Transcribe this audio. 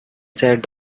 sat